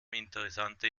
interessante